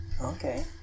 Okay